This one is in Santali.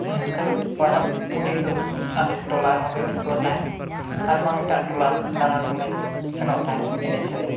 ᱱᱚᱝᱠᱟ ᱜᱮ ᱯᱚᱨᱚᱵᱽ ᱯᱩᱱᱟᱹᱭ ᱫᱚ ᱟᱞᱮ ᱴᱚᱞᱟ ᱨᱮᱦᱚᱸ ᱞᱮ ᱮᱱᱮᱡ ᱠᱚ ᱛᱟᱦᱮᱱ ᱟᱨ ᱵᱟᱝ ᱮᱴᱟᱜ ᱴᱚᱞᱟ ᱫᱟᱬᱟᱱ ᱦᱚᱸᱞᱮ ᱥᱮᱱᱚᱜ ᱛᱟᱦᱮᱱ ᱮᱱᱮᱡᱼᱥᱮᱨᱮᱧ